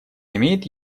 имеет